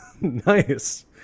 nice